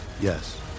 Yes